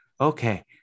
okay